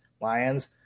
Lions